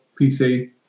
PC